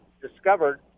discovered